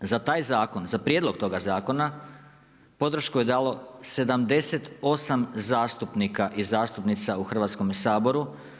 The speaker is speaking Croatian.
Za taj zakon, za prijedlog toga zakona podršku je dalo 78 zastupnika i zastupnica u Hrvatskome saboru.